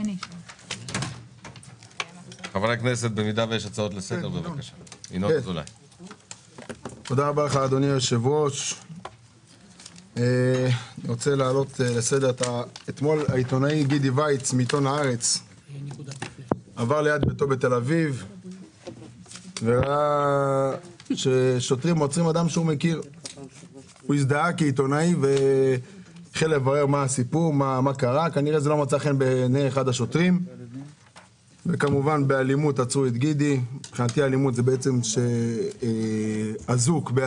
7 בדצמבר 2021. אנחנו פותחים את ישיבת